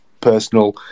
personal